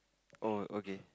oh okay